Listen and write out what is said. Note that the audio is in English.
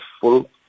full